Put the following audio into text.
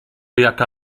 jaka